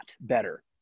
better